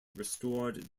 restored